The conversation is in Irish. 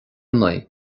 naoi